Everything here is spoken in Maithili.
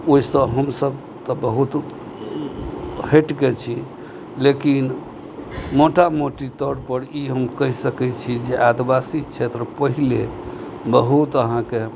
ओहिसँ हमसब तऽ बहुत हटिके छी लेकिन मोटा मोटी तौर पर ई हम कहि सकैत छी जे आदिवासी क्षेत्र पहिले बहुत अहाँके